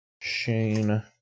Shane